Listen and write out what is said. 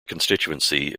constituency